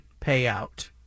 payout